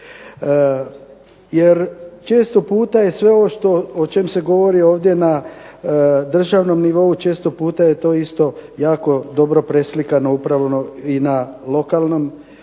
Jer, često puta je sve ovo o čemu se govori ovdje na državnom nivou, često puta je to isto jako dobro preslikano upravo i na lokalnom nivou,